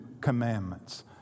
commandments